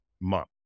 month